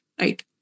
right